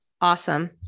Awesome